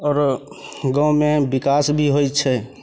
आओरो गाँवमे विकास भी होइ छै